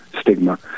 stigma